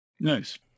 Nice